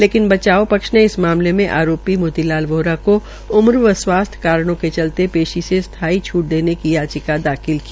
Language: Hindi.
लेकिन बचाव पक्ष ने इस मामले में आरोपी मोती लाल वोहरा को उम्र व स्वास्थ्य कारणों के चलते पेशी से स्थायी छूट देने की याचिका दाखिल की